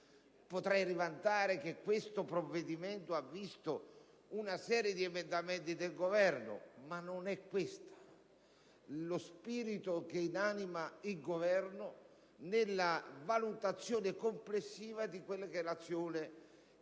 vantare il fatto che questo provvedimento ha visto una serie di emendamenti del Governo; ma non è questo lo spirito che anima il Governo nella valutazione complessiva dell'azione che